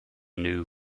new